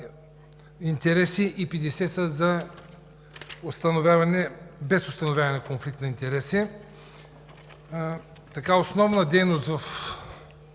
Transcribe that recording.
интереси и 50 са без установяване на конфликт на интереси. Основна дейност в